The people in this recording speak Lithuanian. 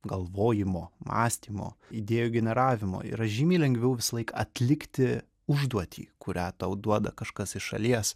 galvojimo mąstymo idėjų generavimo yra žymiai lengviau visąlaik atlikti užduotį kurią tau duoda kažkas iš šalies